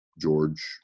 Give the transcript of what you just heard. George